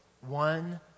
One